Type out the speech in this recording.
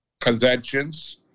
conventions